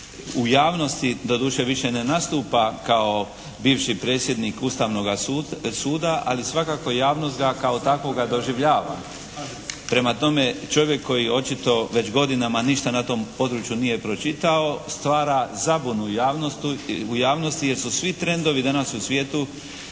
u javnosti doduše više ne nastupa kao bivši predsjednik Ustavnoga suda, ali svakako javnost ga kao takvoga doživljava. Prema tome, čovjek koji očito već godinama ništa na tom području nije pročitao, stvara zabunu u javnosti jer su svi trendovi danas u svijetu